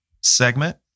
segment